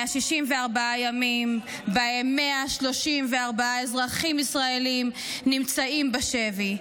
164 ימים שבהם 134 אזרחים ישראלים נמצאים בשבי.